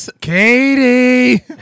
Katie